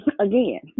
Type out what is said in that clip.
again